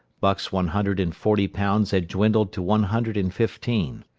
buck's one hundred and forty pounds had dwindled to one hundred and fifteen.